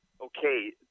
okay